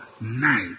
night